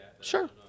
Sure